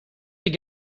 have